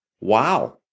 Wow